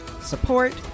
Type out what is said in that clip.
support